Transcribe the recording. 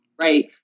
Right